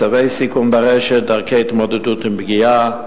מצבי סיכון ברשת, דרכי התמודדות עם פגיעה,